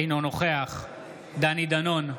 אינו נוכח דני דנון,